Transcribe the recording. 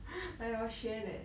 like they all share that